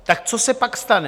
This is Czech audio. Tak co se pak stane?